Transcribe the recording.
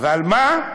אבל מה?